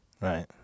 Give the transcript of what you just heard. Right